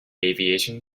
aviation